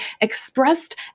expressed